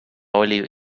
oli